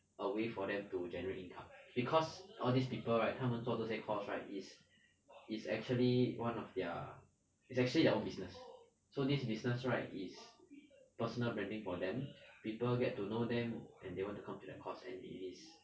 a way for them to generate income because all these people right 他们做这些 course right is is actually one of their it's actually their our business so this business right is personal branding for them people get to know them and they want to come to their course and it is